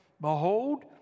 Behold